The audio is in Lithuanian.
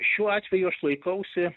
šiuo atveju aš laikausi